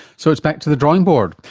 so it's back to the drawing board.